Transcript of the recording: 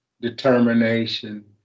determination